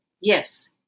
yes